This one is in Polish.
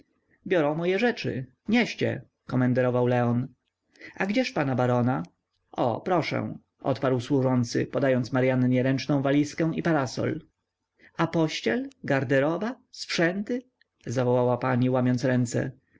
biorą moje rzeczy nieście komenderował leon a gdzież pana barona o proszę odparł służący podając maryannie ręczną walizkę i parasol a pościel garderoba sprzęty zawołała pani łamiąc ręce